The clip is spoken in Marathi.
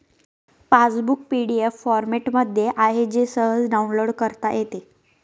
पासबुक पी.डी.एफ फॉरमॅटमध्ये आहे जे सहज डाउनलोड करता येते